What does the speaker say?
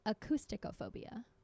acousticophobia